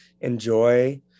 enjoy